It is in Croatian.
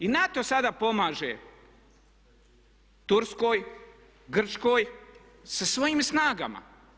I NATO sada pomaže Turskoj, Grčkoj sa svojim snagama.